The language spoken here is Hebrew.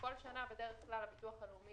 כל שנה בדרך כלל הביטוח הלאומי